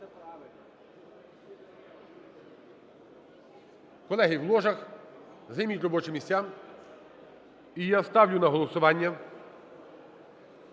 Колеги в ложах, займіть робочі місця. І я ставлю на голосування